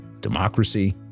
democracy